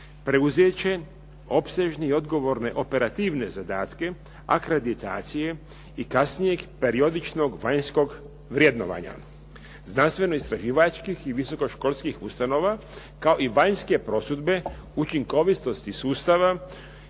preuzeti će opsežne i odgovorne operativne zadatke, akreditacije i kasnijeg periodičnog vanjskog vrednovanja, znanstveno-istraživačkih i visokoškolskih ustanova kao i vanjske prosudbe učinkovitosti sustava